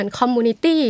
community